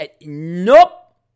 Nope